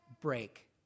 break